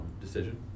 decision